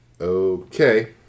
Okay